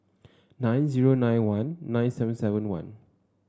nine zero nine one nine seven seven one